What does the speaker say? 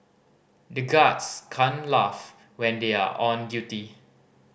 the guards can't laugh when they are on duty